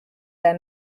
their